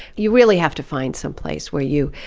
you really have to find someplace where you